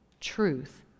truth